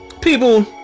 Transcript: people